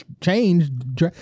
change